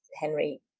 Henry